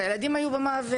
וגם הילדים היו במוות,